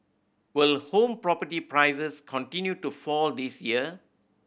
will home property prices continue to fall this year